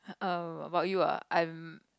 um about you ah I'm